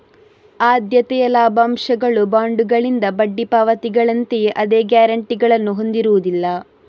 ಆದ್ಯತೆಯ ಲಾಭಾಂಶಗಳು ಬಾಂಡುಗಳಿಂದ ಬಡ್ಡಿ ಪಾವತಿಗಳಂತೆಯೇ ಅದೇ ಗ್ಯಾರಂಟಿಗಳನ್ನು ಹೊಂದಿರುವುದಿಲ್ಲ